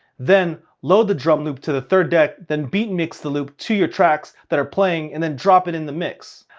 then load the drum loop to the third deck, then beat mix the loop to your tracks that are playing and then drop it in the mix.